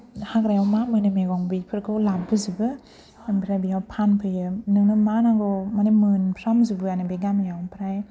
हाग्रायाव मा मोनो मैगं बेफोरखौ लाबोजोबो ओमफ्राय बेयाव फानफैयो नोंनो मा नांगौ माने मोनफ्रामजोबोआनो बे गामियाव ओमफ्राय